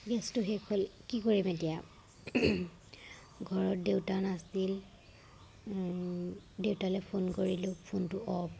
গেছটো শেষ হ'ল কি কৰিম এতিয়া ঘৰত দেউতা নাছিল দেউতালৈ ফোন কৰিলোঁ ফোনটো অ'ফ